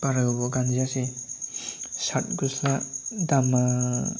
बारा गोबाव गानजायासै सार्ट गस्ला दामा